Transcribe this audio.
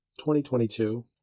2022